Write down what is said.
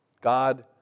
God